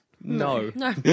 No